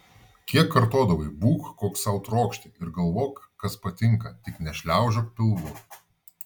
kiek kartodavai būk koks sau trokšti ir galvok kas patinka tik nešliaužiok pilvu